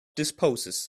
disposes